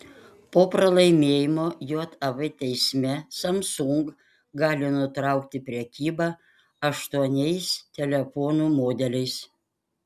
po pralaimėjimo jav teisme samsung gali nutraukti prekybą aštuoniais telefonų modeliais